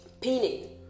painting